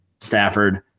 Stafford